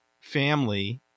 family